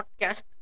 podcast